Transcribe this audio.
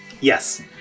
Yes